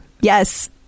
Yes